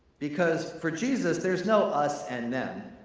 because for jesus, there's no us and them.